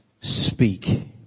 speak